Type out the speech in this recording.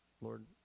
Lord